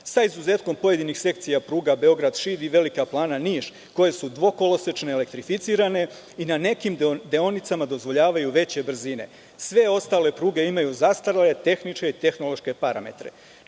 Sa izuzetkom pojedinih sekcija pruga Beograd – Šid i Velika Plana – Niš, koje su dvokolosečne elektrificirane i na nekim deonicama dozvoljavaju veće brzine. Sve ostale pruga imaju zastarele tehničke i tehnološke parametre.